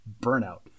burnout